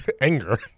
Anger